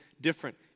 different